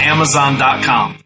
Amazon.com